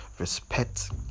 respect